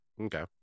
Okay